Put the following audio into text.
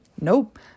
Nope